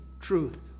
truth